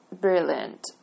brilliant